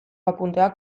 apunteak